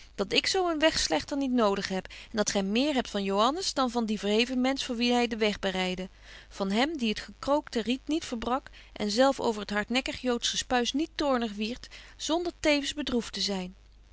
dat ik zo een wegslegter niet nodig heb en dat gy meer hebt van joannes dan van dien verheven mensch voor wien hy den weg bereidde van hem die het gekrookte riet niet verbrak en zelf over het hardnekkig joodsch gespuis niet toornig wierd zonder tevens bedroeft te zyn